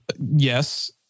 Yes